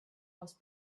was